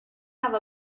have